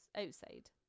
outside